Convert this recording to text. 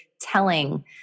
telling